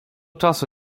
czasu